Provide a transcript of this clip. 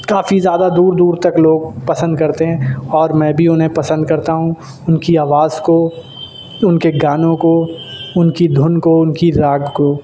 کافی زیادہ دور دور تک لوگ پسند کرتے ہیں اور میں بھی انہیں پسند کرتا ہوں ان کی آواز کو ان کے گانوں کو ان کی دھن کو ان کی راگ کو